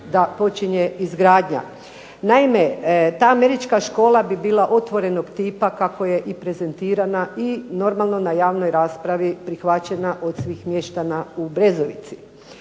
da počinje izgradnja. Naime, ta američka škola bi bila otvorenog tipa kako je i prezentirana i normalno na javnoj raspravi prihvaćena od svih mještana u Brezovici.